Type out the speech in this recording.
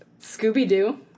Scooby-Doo